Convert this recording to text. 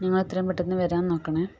നിങ്ങൾ എത്രയും പെട്ടെന്ന് വരാൻ നോക്കണേ